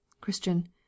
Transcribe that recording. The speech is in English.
Christian